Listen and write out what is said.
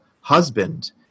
husband